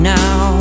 now